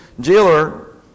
jailer